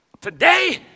today